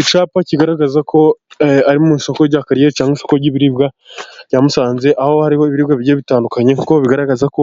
Icyapa kigaragaza ko ari mu isoko rya Kkariyeri cyangwa isoko ry'ibiribwa rya Musanze aho hariho ibiribwa bigiye bitandukanye kuko bigaragaza ko